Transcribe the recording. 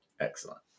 Excellent